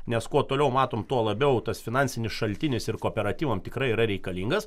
nes kuo toliau matom tuo labiau tas finansinis šaltinis ir kooperatyvam tikrai yra reikalingas